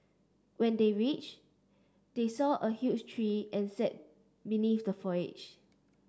when they reached they saw a huge tree and sat beneath the foliage